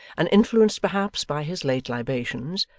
and influenced perhaps by his late libations,